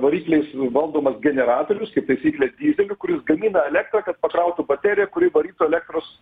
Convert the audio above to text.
varikliais valdomas generatorius kaip taisyklė dyzeliu kuris gamina elektrą kad pakrautų bateriją kuri varytų elektros